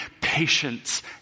patience